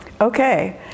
Okay